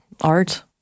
art